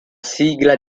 sigla